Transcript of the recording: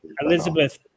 Elizabeth